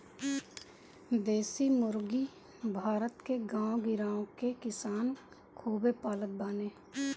देशी मुर्गी भारत के गांव गिरांव के किसान खूबे पालत बाने